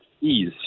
ease